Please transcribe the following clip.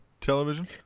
television